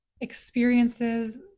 experiences